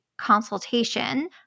consultation